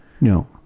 No